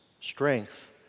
strength